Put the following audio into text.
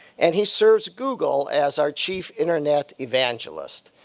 and he serves google as our chief internet evangelist.